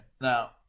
Now